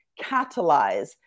catalyze